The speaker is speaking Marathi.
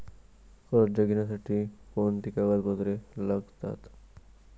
कर्ज घेण्यासाठी कोणती कागदपत्रे लागतात?